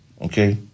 okay